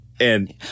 And-